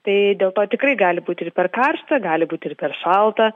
tai dėl to tikrai gali būti ir per karšta gali būti ir per šalta